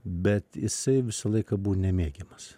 bet jisai visą laiką buvo nemėgiamas